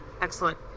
Excellent